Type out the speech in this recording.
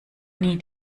nie